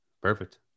perfect